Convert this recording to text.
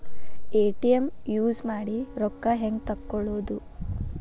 ATM use ಮಾಡಿ ರೊಕ್ಕ ಹೆಂಗೆ ತಕ್ಕೊಳೋದು?